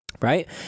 Right